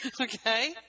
Okay